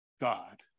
God